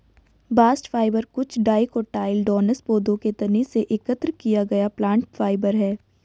bast fibre कुछ dicotyledonous पौधों के तने से एकत्र किया गया प्लांट फाइबर है